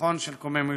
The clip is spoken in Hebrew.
הניצחון של קוממיותנו.